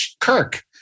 Kirk